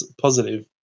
positive